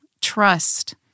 Trust